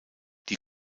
die